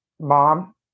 mom